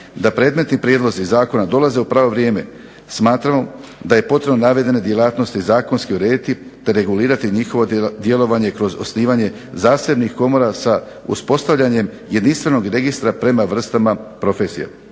da predmetni prijedlozi zakona dolaze u pravo vrijeme, smatramo da je potrebno navedene djelatnosti zakonski urediti te regulirati njihovo djelovanje kroz osnivanje zasebnih komora sa uspostavljenjem jedinstvenog registra prema vrstama profesije.